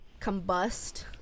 combust